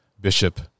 Bishop